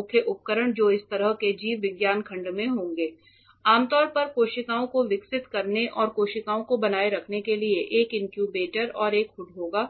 मुख्य उपकरण जो इस तरह के जीव विज्ञान खंड में होंगे आमतौर पर कोशिकाओं को विकसित करने और कोशिकाओं को बनाए रखने के लिए एक इनक्यूबेटर और एक हुड होगा